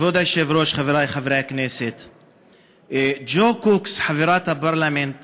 חברי חברי הכנסת, ג'ו קוקס, חברת הפרלמנט